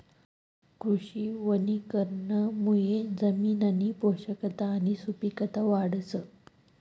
कृषी वनीकरणमुये जमिननी पोषकता आणि सुपिकता वाढस